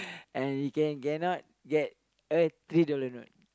and you can cannot get a three dollar note